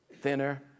thinner